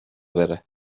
بره